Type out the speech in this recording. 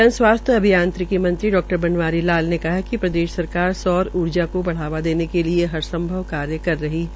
जन स्वास्थ्य अभियांत्रिकी मंत्री डा बनवारी लाल ने कहा है कि प्रदेश सरकार सौर ऊर्जा को बढ़ावा देने के लिये हर संभव कार्य कर रही है